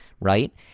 right